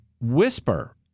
whisper